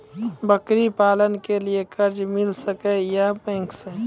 बकरी पालन के लिए कर्ज मिल सके या बैंक से?